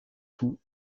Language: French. tout